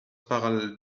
parallel